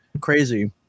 crazy